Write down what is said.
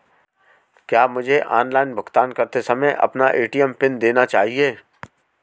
क्या मुझे ऑनलाइन भुगतान करते समय अपना ए.टी.एम पिन देना चाहिए?